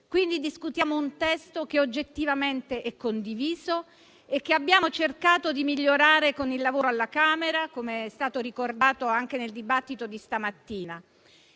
Quindi discutiamo un testo che oggettivamente è condiviso e che abbiamo cercato di migliorare con il lavoro alla Camera, come è stato ricordato anche nel dibattito di stamattina,